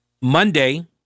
Monday